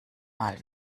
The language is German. mal